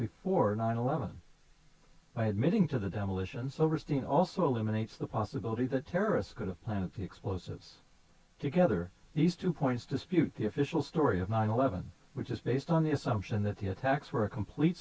before nine eleven by admitting to the demolitions overseen also eliminates the possibility that terrorists could have planted explosives together these two points dispute the official story of nine eleven which is based on the assumption that the attacks were a complete